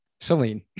Celine